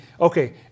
Okay